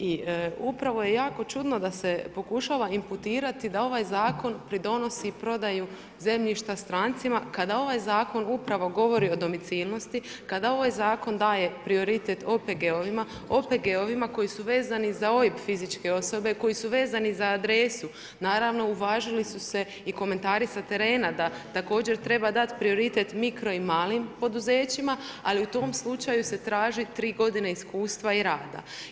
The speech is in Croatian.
I upravo je jako čudno da se pokušava imputirati da ovaj zakon pridonosi prodaju zemljišta strancima, kada ovaj zakon upravo govori o domicilnosti, kada ovaj zakon daje prioritet OPG-ovima koji su vezani za OIB fizičke osobe, koji su vezani za adresu, naravno uvažili su se i komentari sa terena da također treba dati prioritet mikro i malim poduzećima ali u tom slučaju se traži 3 godine iskustva i rada.